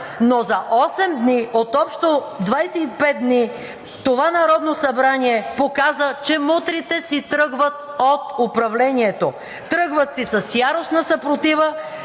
Но за осем дни, от общо 25 дни, това Народно събрание показа, че мутрите си тръгват от управлението, тръгват си с яростна съпротива,